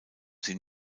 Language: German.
sie